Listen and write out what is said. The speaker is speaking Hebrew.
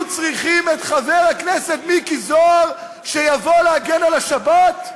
צריכות את חבר הכנסת מיקי זוהר שיבוא להגן על השבת?